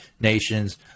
nations